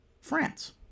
France